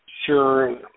Sure